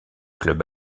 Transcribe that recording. club